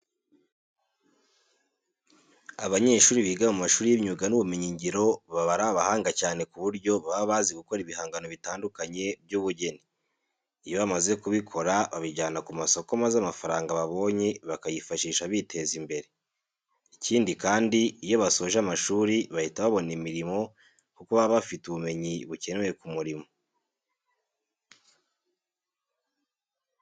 Abanyeshuri biga mu mashuri y'imyuga n'ubumenyingiro baba ari abahanga cyane ku buryo baba bazi gukora ibihangano bitandukanye by'ubugeni. Iyo bamaze kubikora babijyana ku masoko maza amafaranga babonye bakayifashisha biteza imbere. Ikindi kandi, iyo basoje amashuri bahita babona imirimo kuko baba bafite ubumenyi bukenewe ku murimo.